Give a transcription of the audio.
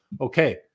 Okay